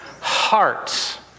Hearts